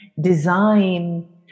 design